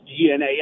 DNA